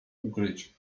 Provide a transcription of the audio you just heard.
ukryć